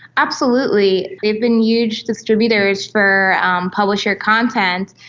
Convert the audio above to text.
absolutely. they have been huge distributors for publisher content,